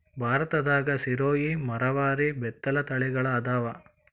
ಭಾರತದಾಗ ಸಿರೋಹಿ, ಮರವಾರಿ, ಬೇತಲ ತಳಿಗಳ ಅದಾವ